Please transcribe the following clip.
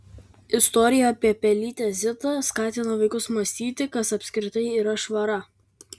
istorija apie pelytę zitą skatina vaikus mąstyti kas apskritai yra švara